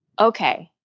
okay